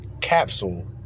Capsule